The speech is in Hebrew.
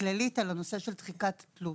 הכללית על הנושא ששל דחיקת תלות.